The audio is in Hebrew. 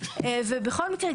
בכל מקרה,